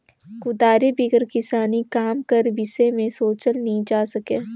कुदारी बिगर किसानी काम कर बिसे मे सोचल नी जाए सके